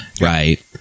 right